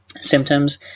symptoms